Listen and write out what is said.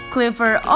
Clifford